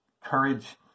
courage